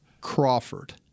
Crawford